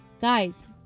guys